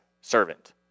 servant